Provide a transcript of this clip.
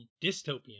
Dystopian